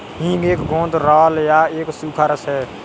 हींग एक गोंद राल या एक सूखा रस है